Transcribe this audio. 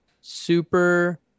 super